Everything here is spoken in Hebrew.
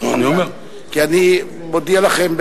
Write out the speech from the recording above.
כי אני מודיע לכם,